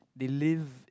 they lived